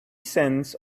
cents